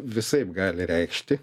visaip gali reikšti